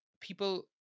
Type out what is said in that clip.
people